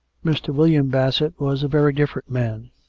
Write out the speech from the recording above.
mr. william basfsett was a very different man.